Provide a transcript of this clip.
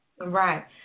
Right